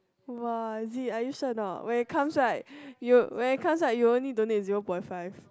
!wah! is it are you sure or not when it comes right you when it comes right you only donate zero point five